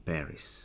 Paris